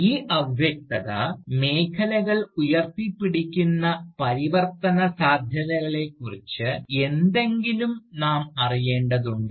ഈ അവ്യക്തത മേഖലകൾ ഉയർത്തിപ്പിടിക്കുന്ന പരിവർത്തന സാധ്യതകളെക്കുറിച്ച് എന്തെങ്കിലും നാം അറിയേണ്ടതുണ്ട്